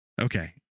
Okay